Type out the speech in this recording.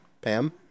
Pam